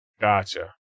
gotcha